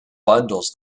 bundles